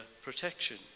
protection